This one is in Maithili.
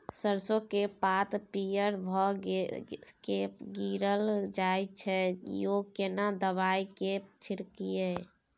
सरसो के पात पीयर भ के गीरल जाय छै यो केना दवाई के छिड़कीयई?